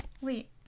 Wait